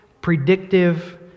predictive